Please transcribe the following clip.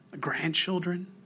grandchildren